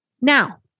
Now